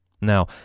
Now